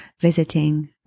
visiting